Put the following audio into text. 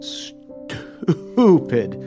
stupid